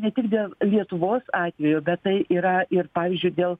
ne tik dėl lietuvos atvejo bet tai yra ir pavyzdžiui dėl